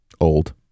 old